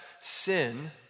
sin